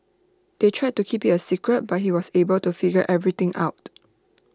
they tried to keep IT A secret but he was able to figure everything out